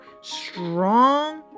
strong